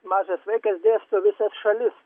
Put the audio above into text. mažas vaikas dėsto visas šalis